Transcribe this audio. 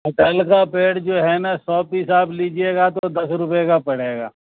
کٹہل کا پیڑ جو ہے نا سو پیس آپ لیجیے غا تو دس روپیے کا پڑے غا